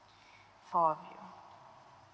four of you